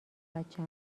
بچه